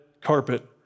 carpet